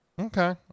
okay